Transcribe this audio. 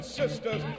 sisters